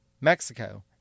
Mexico